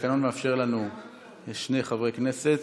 התקנון מאפשר לנו שני חברי כנסת,